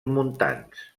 montans